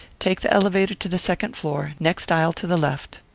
take the elevator to the second floor. next aisle to the left.